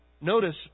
Notice